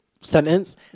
sentence